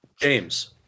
James